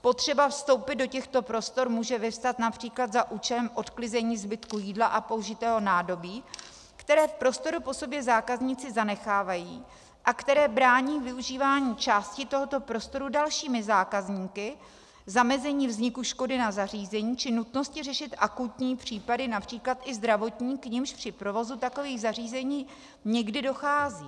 Potřeba vstoupit do těchto prostor může vyvstat například za účelem odklizení zbytků jídla a použitého nádobí, které v prostoru po sobě zákazníci zanechávají a které brání využívání části tohoto prostoru dalšími zákazníky, zamezení vzniku škody na zařízení, či nutnosti řešit akutní případy, například i zdravotní, k nimž při provozu takových zařízení někdy dochází.